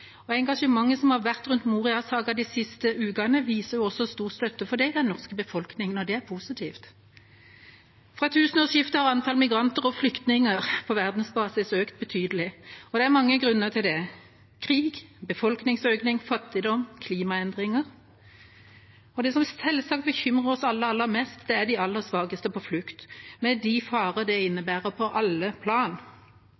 og engasjementet som har vært rundt Moria-saken de siste ukene, viser også stor støtte for det i den norske befolkningen, og det er positivt. Fra tusenårsskiftet har antall migranter og flyktninger på verdensbasis økt betydelig, og det er mange grunner til det: krig, befolkningsøkning, fattigdom, klimaendringer. Det som selvsagt bekymrer oss alle aller mest, er de aller svakeste på flukt, med de farer det